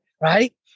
right